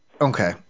okay